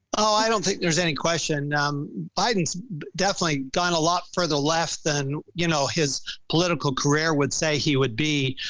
ah i don't think there's any. um biden's definitely gone a lot for the left then, you know, his political career would say he would be.